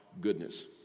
goodness